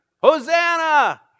Hosanna